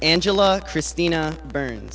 angela christina byrn